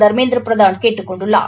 தர்மேந்திர பிரதான் கேட்டுக் கொண்டுள்ளார்